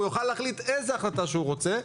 הוא יוכל להחליט איזו החלטה שהוא רוצה.